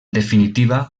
definitiva